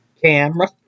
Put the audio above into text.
Camera